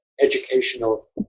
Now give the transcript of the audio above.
educational